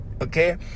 okay